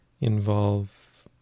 involve